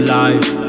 life